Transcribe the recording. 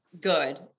good